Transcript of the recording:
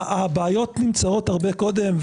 הבעיות נמצאות הרבה קודם.